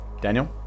Daniel